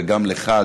וגם לך,